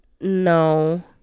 No